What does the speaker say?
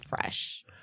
fresh